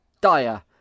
Dire